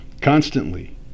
Constantly